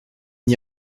n’y